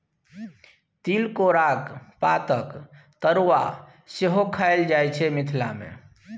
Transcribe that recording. तिलकोराक पातक तरुआ सेहो खएल जाइ छै मिथिला मे